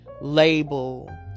label